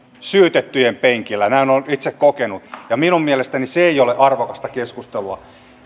syytettyjen penkillä näin olen itse kokenut minun mielestäni se ei ole arvokasta keskustelua